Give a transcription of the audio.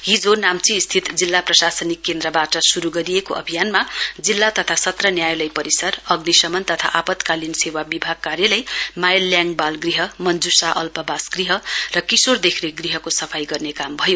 हिजो नाम्ची स्थित जिल्ला प्रशासनिक केन्द्रबाट शुरु गरिएको अभियानमा जिल्ला तथा सत्र न्यायालय परिसर अग्निशमन तथा आपतकालीन सेवा विभाग कार्यालय मायेल ल्याङ बालगृह मञ्जुशा अलप वास गृह र किशोर देखरेख गृहको सफाई गर्ने काम भयो